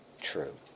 true